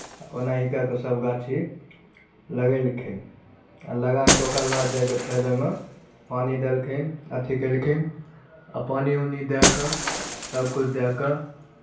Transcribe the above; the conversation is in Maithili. ओनाही कए कऽ सभ गाछी लगेलखिन आ लगाय कऽ ओकर बाद जा कऽ फेर ओहिमे पानि देलखिन अथि केलखिन आ पानि उनि दए कऽ सभकिछु दए कऽ